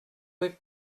rue